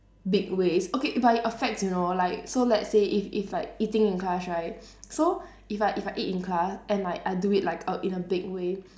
big ways okay but it affects you know like so let's say if if like eating in class right so if I if I eat in class and like I do it like a in a big way